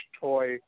toy